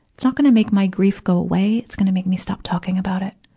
it's not gonna make my grief go away. it's gonna make me stop talking about it.